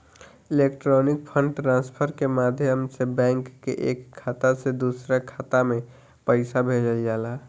electronic fund transfer के माध्यम से बैंक के एक खाता से दूसरा खाता में पईसा भेजल जाला